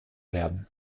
werden